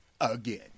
again